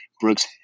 Brooks